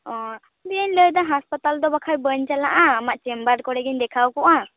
ᱚᱸᱻ ᱰᱤᱭᱮᱧ ᱞᱟᱹᱭᱮᱫᱟ ᱦᱟᱥᱯᱟᱛᱟᱞ ᱫᱚ ᱵᱟᱠᱷᱟᱡ ᱵᱟᱹᱧ ᱪᱟᱞᱟᱜᱼᱟ ᱟᱢᱟᱜ ᱪᱮᱢᱵᱟᱨ ᱠᱚᱨᱮᱜᱮᱧ ᱫᱮᱠᱷᱟᱣ ᱠᱚᱜᱼᱟ